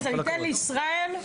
אז אני אתן לישראל לדבר,